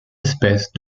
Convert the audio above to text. espèces